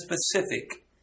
specific